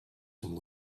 some